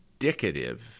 indicative